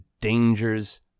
dangers